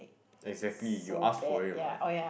exactly you ask for it mah